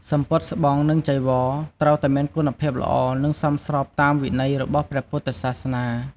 សំពត់ស្បង់ និងចីវរ ត្រូវតែមានគុណភាពល្អ និងសមស្របតាមវិន័យរបស់ព្រះពុទ្ធសាសនា។